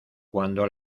cuando